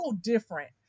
different